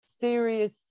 serious